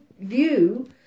view